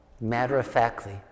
Matter-of-factly